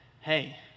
Hey